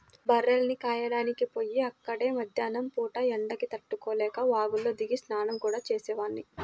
బర్రెల్ని కాయడానికి పొయ్యి అక్కడే మద్దేన్నం పూట ఎండకి తట్టుకోలేక వాగులో దిగి స్నానం గూడా చేసేవాడ్ని